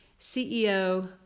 CEO